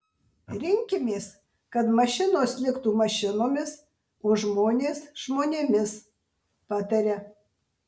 rinkimės kad mašinos liktų mašinomis o žmonės žmonėmis pataria